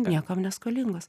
niekam neskolingas